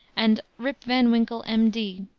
and rip van winkle, m d.